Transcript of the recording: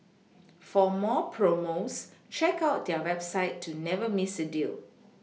for more promos check out their website to never Miss a deal